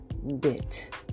bit